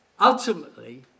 ...ultimately